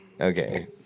Okay